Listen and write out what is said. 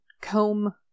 comb